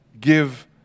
give